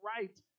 right